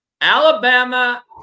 Alabama